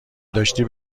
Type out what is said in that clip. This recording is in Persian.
داشتی